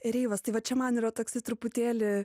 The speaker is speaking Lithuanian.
reivas tai va čia man yra toksai truputėlį